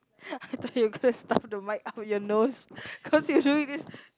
I thought you gonna stuff the mic up your nose cause you show me this